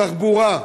תחבורה.